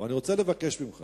אבל אני רוצה לבקש ממך